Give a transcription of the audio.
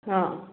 ಹಾಂ